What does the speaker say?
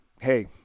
hey